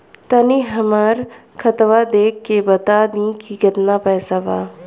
तनी हमर खतबा देख के बता दी की केतना पैसा बा?